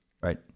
Right